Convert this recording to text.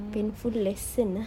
painful lesson ah